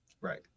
Right